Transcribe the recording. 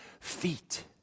feet